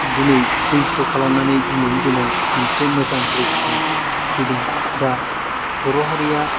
दिनै सैज्य खालामनानै दिनैनि दिनाव मोनसे मोजां परिबेसजों फैदों दा बर' हारिया